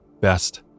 best